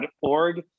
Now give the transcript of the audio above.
org